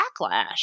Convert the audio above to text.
backlash